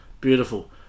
beautiful